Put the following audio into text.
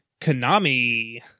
Konami